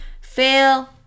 fail